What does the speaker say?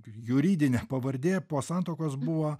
juridinė pavardė po santuokos buvo